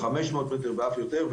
500 מטרים ואף יותר,